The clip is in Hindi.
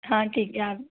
हाँ ठीक है आप